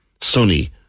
sunny